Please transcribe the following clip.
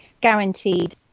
guaranteed